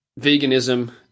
veganism